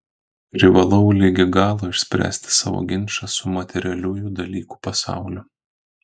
privalau ligi galo išspręsti savo ginčą su materialiųjų dalykų pasauliu